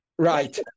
Right